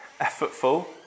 Effortful